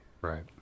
right